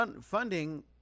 funding